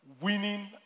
winning